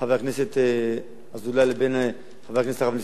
הכנסת אזולאי לבין חבר הכנסת הרב נסים זאב.